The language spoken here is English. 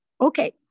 okay